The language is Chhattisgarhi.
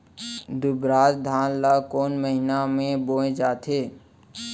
दुबराज धान ला कोन महीना में बोये जाथे?